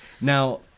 Now